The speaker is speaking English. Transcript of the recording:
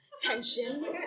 tension